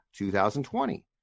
2020